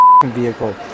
vehicle